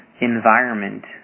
environment